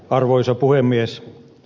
arvoisa puhemies